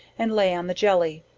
and lay on the jelly,